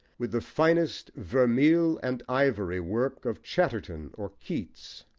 with the finest vermeil and ivory work of chatterton or keats.